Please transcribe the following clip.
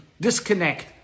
disconnect